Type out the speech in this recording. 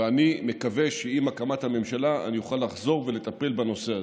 ואני מקווה שעם הקמת הממשלה אני אוכל לחזור ולטפל בנושא הזה.